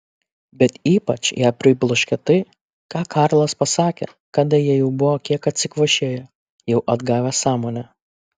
bet ypač ją pribloškė tai ką karlas pasakė kada jie jau buvo kiek atsikvošėję jau atgavę sąmonę